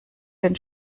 den